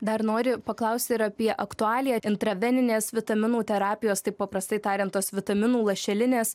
dar noriu paklausti ir apie aktualiją intraveninės vitaminų terapijos taip paprastai tariant tos vitaminų lašelinės